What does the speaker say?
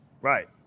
right